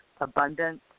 abundance